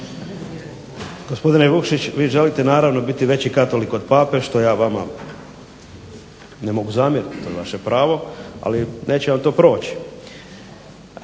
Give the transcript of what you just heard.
Gospodine Vukšić, vi želite naravno biti veći katolik od Pape što ja vama ne mogu zamjeriti to je vaše pravo, ali neće vam to proći.